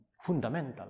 fundamental